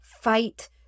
fight